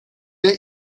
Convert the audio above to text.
der